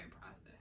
process